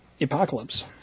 Apocalypse